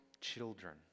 children